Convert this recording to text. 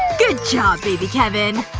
good job, baby kevin!